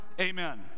Amen